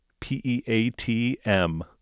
P-E-A-T-M